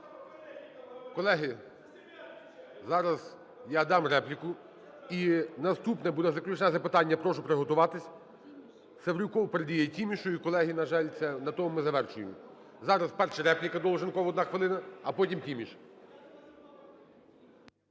Колеги, зараз я дам репліку. І наступне буде заключне запитання. Я прошу приготуватись. Севрюков передає Тімішу. І, колеги, на жаль, це на тому ми завершуємо. Зараз перше – репліка. Долженков 1 хвилина. А потім – Тіміш.